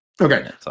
Okay